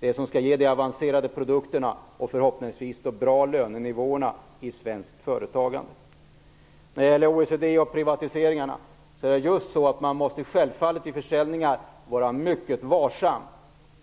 Det skall ge de avancerade produkterna och förhoppningsvis de bra lönenivåerna i svenskt företagande. När det gäller OECD och privatiseringarna måste man självfallet vara mycket varsam vid försäljningar.